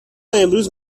امروز